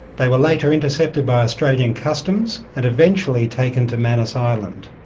they were later intercepted by australian customs and eventually taken to manus island,